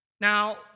Now